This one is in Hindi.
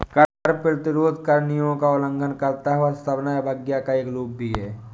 कर प्रतिरोध कर नियमों का उल्लंघन करता है और सविनय अवज्ञा का एक रूप भी है